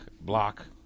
block